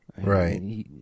right